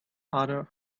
other